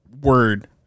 word